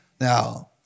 Now